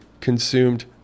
consumed